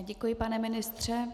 Děkuji, pane ministře.